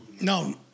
No